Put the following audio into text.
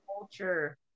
culture